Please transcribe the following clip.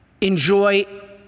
enjoy